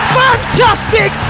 fantastic